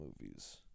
movies